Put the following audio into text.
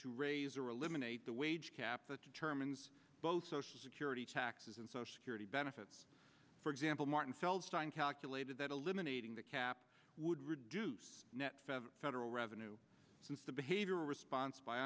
to raise or eliminate the wage cap the term and both social security taxes and social security benefits for example martin feldstein calculated that eliminating the cap would reduce net federal revenue since the behavioral response by